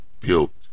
built